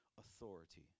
authority